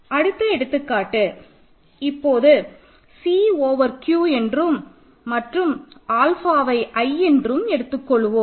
அடுத்த எடுத்துக்காட்டு இப்போது C ஓவர் Q என்றும் மற்றும் ஆல்ஃபாவை i என்றும் எடுத்துக்கொள்வோம்